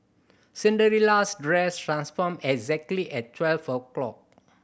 Cinderella's dress transformed exactly at twelve o'clock